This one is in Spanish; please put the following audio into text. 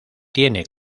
tiene